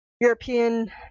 European